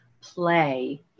play